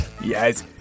Yes